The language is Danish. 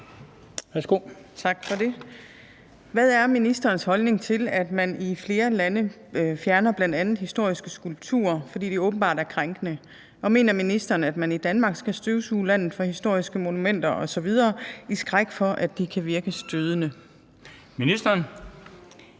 Hvad er ministerens holdning til, at man i flere lande fjerner bl.a. historiske skulpturer, fordi de åbenbart er krænkende, og mener ministeren, at man i Danmark skal støvsuge landet for historiske monumenter m.v. i skræk for, at de kan virke stødende? Kl.